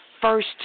first